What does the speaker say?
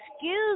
excuse